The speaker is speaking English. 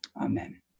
amen